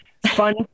Fun